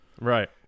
Right